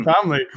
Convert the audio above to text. family